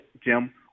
Jim